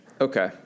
Okay